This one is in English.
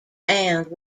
found